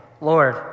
Lord